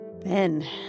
Ben